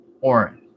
orange